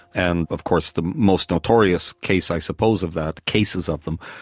and of course the most notorious case i suppose of that, cases of them,